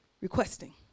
requesting